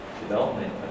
development